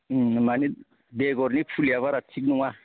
मानि बेगरनि फुलिया बारा थिग नङा